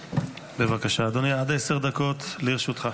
בבקשה, אדוני, עד עשר דקות לרשותך.